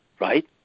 right